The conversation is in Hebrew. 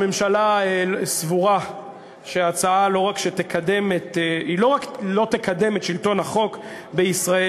הממשלה סבורה שההצעה לא רק שלא תקדם את שלטון החוק בישראל,